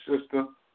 system